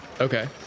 Okay